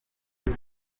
ati